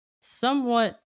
somewhat